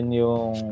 yung